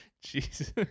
Jesus